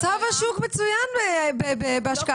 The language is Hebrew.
מצב השוק מצוין בהשקעה,